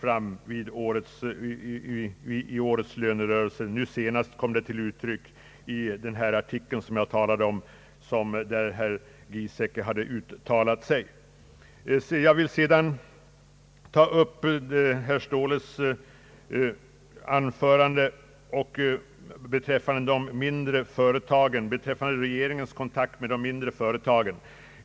Jag skall sedan, herr talman, beröra vad herr Ståhle anförde om regeringens kontakter med de mindre företagen.